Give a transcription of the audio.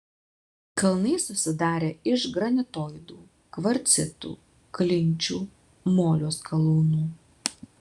kalnai susidarę iš granitoidų kvarcitų klinčių molio skalūnų